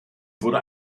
wurde